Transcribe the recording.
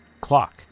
clock